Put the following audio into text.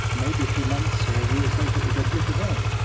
maybe a few months or years later it would go blip again.